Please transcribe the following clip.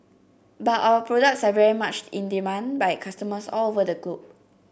but our products are very much in demand by customers all over the globe